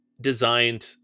designed